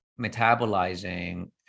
metabolizing